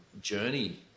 journey